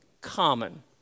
common